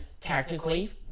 technically